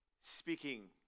speaking